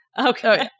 Okay